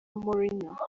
mourinho